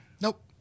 Nope